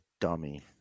dummy